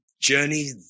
journey